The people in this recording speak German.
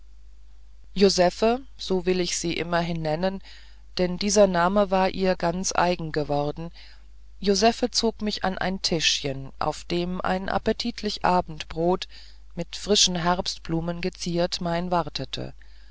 josephe so will ich sie immerhin nennen denn dieser name war ihr ganz eigen geworden josephe zog mich an ein tischchen auf dem ein appetitliches abendbrot mit frischen herbstblumen geziert mein wartete